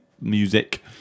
music